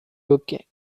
hockey